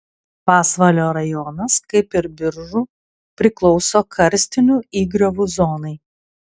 pasvalio rajonas kaip ir biržų priklauso karstinių įgriovų zonai